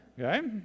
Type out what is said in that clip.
Okay